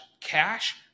cash